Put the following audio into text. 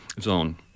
Zone